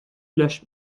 löscht